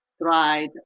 dried